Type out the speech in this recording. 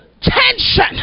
Tension